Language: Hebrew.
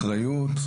אחריות.